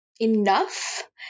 enough